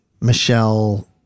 Michelle